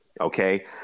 okay